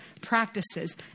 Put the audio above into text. practices